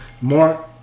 Mark